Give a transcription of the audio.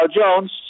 Jones